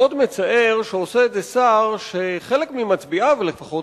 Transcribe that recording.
מאוד מצער שעושה את זה שר שחלק ממצביעיו לפחות